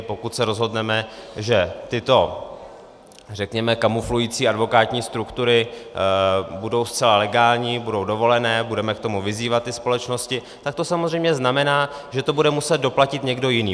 Pokud se rozhodneme, že tyto, řekněme, kamuflující advokátní struktury budou zcela legální, budou dovolené, budeme k tomu vyzývat ty společnosti, tak to samozřejmě znamená, že to bude muset doplatit někdo jiný.